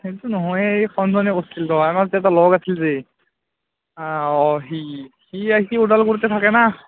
সেইটো নহয় এই সোণমনিয়ে কৰছিল ৰ আমাৰ যে এটা লগ আছিল যে অঁ অঁ সি সি আহি সি ওদালগুৰিতে থাকে না